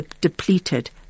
depleted